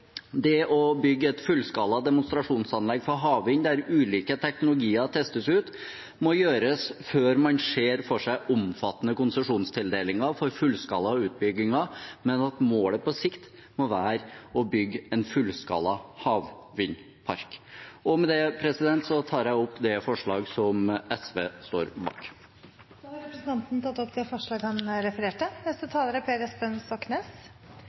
Det å bygge et fullskala demonstrasjonsanlegg for havvind, der ulike teknologier testes ut, må gjøres før man ser for seg omfattende konsesjonstildelinger for fullskala utbygginger, men på sikt må målet være å bygge en fullskala havvindpark. Med det tar jeg opp forslaget som SV står bak. Representanten Lars Haltbrekken har tatt opp det forslaget han refererte